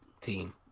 team